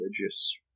religious